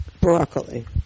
Broccoli